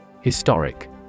Historic